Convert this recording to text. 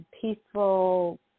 peaceful